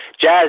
Jazz